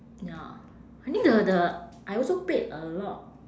ya I think the the I also played a lot